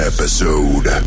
Episode